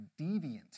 deviant